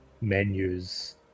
menus